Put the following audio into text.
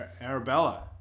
Arabella